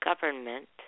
Government